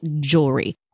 jewelry